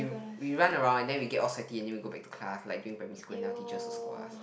we we run around and then we get all sweaty then we go back to class like during primary school then our teacher will scold us